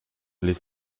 les